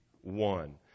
one